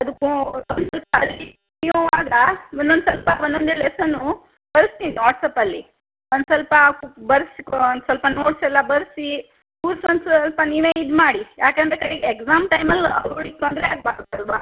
ಅದು ಫೋ ನೀವು ಒಂದೊಂದು ಸ್ವಲ್ಪ ಒಂದೊಂದೇ ಲೆಸನು ಕಳಿಸ್ತೀನಿ ವಾಟ್ಸಪಲ್ಲಿ ಒಂದು ಸ್ವಲ್ಪ ಬರ್ಸ್ಕೊ ಒಂದು ಸ್ವಲ್ಪ ನೋಟ್ಸ್ ಎಲ್ಲ ಬರೆಸಿ ಕೂರ್ಸ್ಕೊಂಡು ಸ್ವಲ್ಪ ನೀವೇ ಇದು ಮಾಡಿ ಯಾಕಂದರೆ ಕಡಿಗೆ ಎಕ್ಸಾಮ್ ಟೈಮಲ್ಲಿ ಅವ್ಳಿಗೆ ತೊಂದರೆ ಆಗಬಾರ್ದಲ್ವ